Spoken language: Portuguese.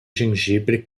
gengibre